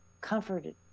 comforted